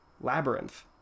Labyrinth